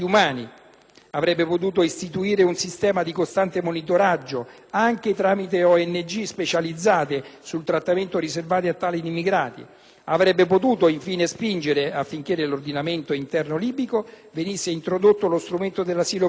avrebbe potuto istituire un sistema di costante monitoraggio, anche tramite ONG specializzate, sul trattamento riservato a tali immigrati; avrebbe potuto, infine, spingere affinché nell'ordinamento interno libico venisse introdotto lo strumento dell'asilo politico